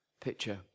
picture